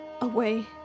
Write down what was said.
Away